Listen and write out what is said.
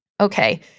Okay